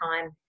time